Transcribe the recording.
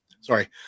Sorry